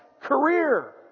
career